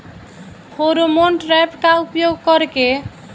Pheromone trap का उपयोग कर के?